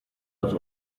als